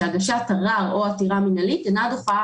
שהגשת ערר או עתירה מינהלית אינה דוחה